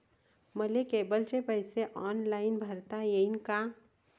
मले केबलचे पैसे ऑनलाईन भरता येईन का?